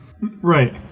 right